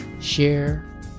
share